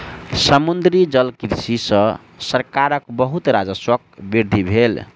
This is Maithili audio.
समुद्री जलकृषि सॅ सरकारक बहुत राजस्वक वृद्धि भेल